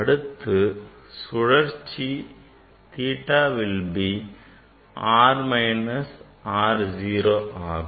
அடுத்தது சுழற்சி theta will be R minus R 0 ஆகும்